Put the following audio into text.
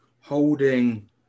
holding